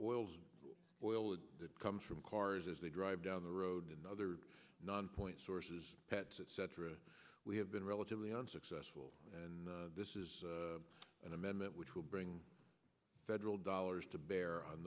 f oil that comes from cars as they drive down the road another non point sources pets etc we have been relatively unsuccessful and this is an amendment which will bring federal dollars to bear on